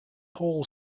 paul